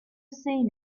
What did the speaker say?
seen